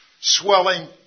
swelling